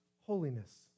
holiness